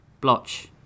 Blotch